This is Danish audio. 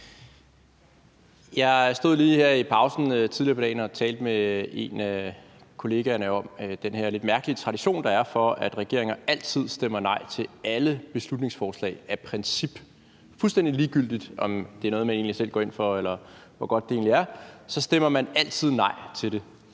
Jeg stod lige her i pausen tidligere på dagen og talte med en af kollegerne om den her lidt mærkelige tradition, der er for, at regeringer af princip altid stemmer nej til alle beslutningsforslag. Fuldstændig ligegyldigt om det er noget, man egentlig selv går ind for, eller hvor godt det egentlig er, stemmer man altid nej til det.